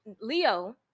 Leo